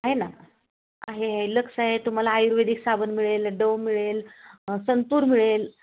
आहे ना आहे लक्स आहे तुम्हाला आयुर्वेदिक साबण मिळेल डव मिळेल संतूर मिळेल